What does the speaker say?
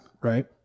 right